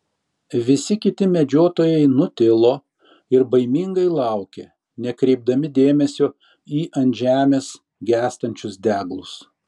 visi kiti medžiotojai nutilo ir baimingai laukė nekreipdami dėmesio į ant žemės gęstančius deglus